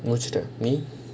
முடிச்சிட்டேன் நீ:mudichittaen nee